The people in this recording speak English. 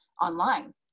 online